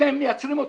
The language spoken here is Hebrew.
אתם מייצרים אותו.